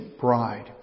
bride